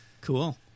Cool